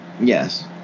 Yes